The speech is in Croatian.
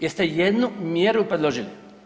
Jeste jednu mjeru predložili?